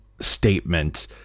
statement